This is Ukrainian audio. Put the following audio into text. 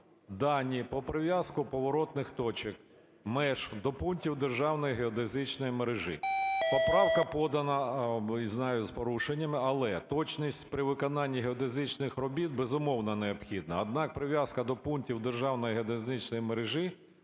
"дані про прив'язку поворотних точок меж до пунктів державної геодезичної мережі". Поправка подана, знаю, з порушеннями, але точність при виконанні геодезичних робіт, безумовно, необхідна, однак прив'язка до пунктів державної геодезичної мережі